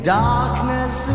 darkness